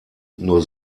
nur